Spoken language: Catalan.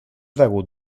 degut